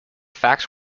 facts